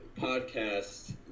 podcast